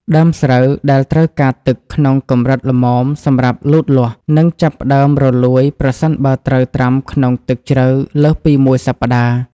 ដើមស្រូវដែលត្រូវការទឹកក្នុងកម្រិតល្មមសម្រាប់លូតលាស់ នឹងចាប់ផ្តើមរលួយប្រសិនបើត្រូវត្រាំក្នុងទឹកជ្រៅលើសពីមួយសប្តាហ៍។